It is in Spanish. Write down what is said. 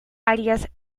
arias